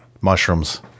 mushrooms